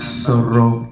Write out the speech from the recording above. sorrow